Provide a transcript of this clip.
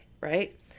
right